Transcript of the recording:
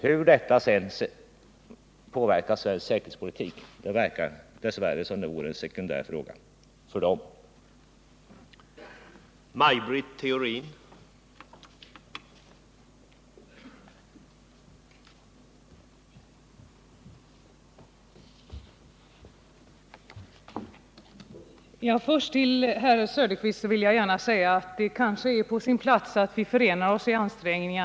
Hur detta sedan påverkar Sveriges säkerhetspolitik verkar dess värre vara en sekundär fråga för dem.